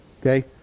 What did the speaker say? okay